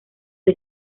del